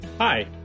Hi